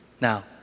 Now